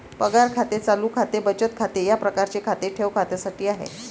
पगार खाते चालू खाते बचत खाते या प्रकारचे खाते ठेव खात्यासाठी आहे